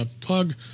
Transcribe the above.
plug